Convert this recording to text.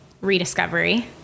rediscovery